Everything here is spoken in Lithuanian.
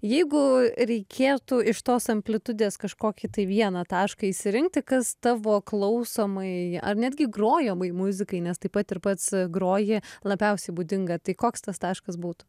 jeigu reikėtų iš tos amplitudės kažkokį tai vieną tašką išsirinkti kas tavo klausomai ar netgi grojamai muzikai nes taip pat ir pats groji labiausiai būdinga tai koks tas taškas būtų